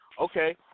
Okay